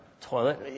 toilet